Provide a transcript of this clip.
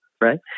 right